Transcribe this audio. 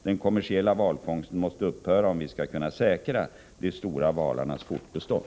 Den kommersiella valfångsten måste upphöra, om vi skall kunna säkra de stora valarnas fortbestånd.